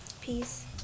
Peace